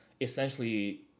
essentially